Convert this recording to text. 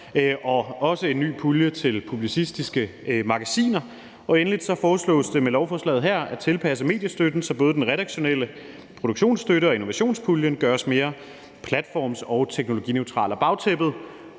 og også en ny pulje til publicistiske magasiner. Og endelig foreslås det med lovforslaget her at tilpasse mediestøtten, så både den redaktionelle produktionsstøtte og innovationspuljen gøres mere platforms- og teknologineutrale. Bagtæppet